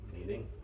Meaning